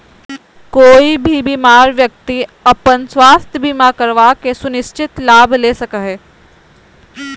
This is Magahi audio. कोय भी बीमार व्यक्ति अपन स्वास्थ्य बीमा करवा के सुनिश्चित लाभ ले सको हय